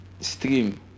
stream